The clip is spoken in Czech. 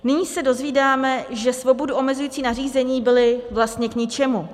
Nyní se dozvídáme, že svobodu omezující nařízení byla vlastně k ničemu.